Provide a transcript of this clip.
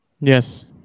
Yes